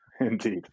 Indeed